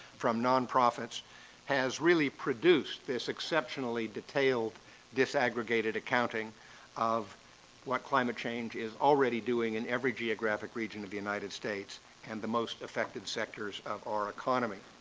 from non-profits has really produced this exceptionally detailed disaggregated accounting of what climate change is already doing in every geographic region of the united states and the most effective sectors of our economy.